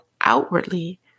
outwardly